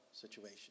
situation